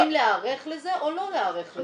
האם להיערך לזה או לא להיערך לזה?